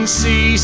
see